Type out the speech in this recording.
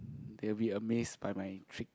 they'll be amazed by my trick